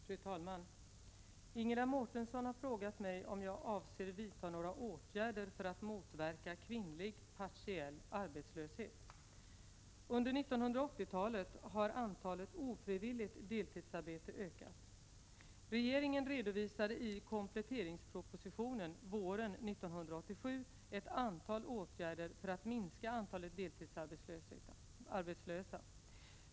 Fru talman! Ingela Mårtensson har frågat mig om jag avser vidta några åtgärder för att motverka kvinnlig partiell arbetslöshet. Under 1980-talet har antalet ofrivilligt deltidsarbetande ökat. Regeringen redovisade i kompletteringspropositionen våren 1987 ett antal åtgärder för att minska antalet deltidsarbetslösa.